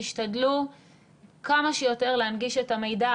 תשתדלו כמה שיותר להנגיש את המידע,